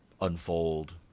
unfold